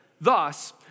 thus